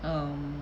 um